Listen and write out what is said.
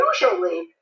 Usually